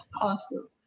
Awesome